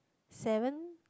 seven